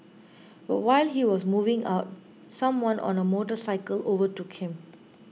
but while he was moving out someone on a motorcycle overtook him